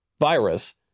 virus